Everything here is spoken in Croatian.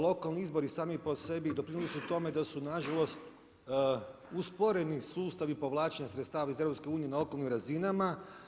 Lokalni izbori sami po sebi doprinose tome da su nažalost usporeni sustavi povlačenja sredstava iz EU na lokalnim razinama.